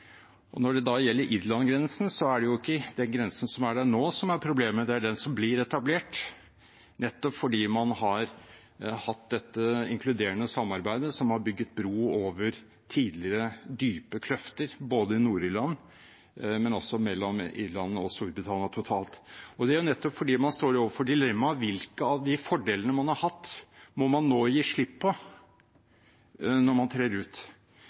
Når det gjelder Irland-grensen, er det ikke den grensen som er der nå, som er problemet; det er den som blir etablert, nettopp fordi man har hatt dette inkluderende samarbeidet som har bygget bro over tidligere dype kløfter både i Nord-Irland og mellom Irland og Storbritannia. Det er nettopp fordi man står overfor dilemmaet om hvilke av de fordelene man har hatt, man må gi slipp på når man trer ut.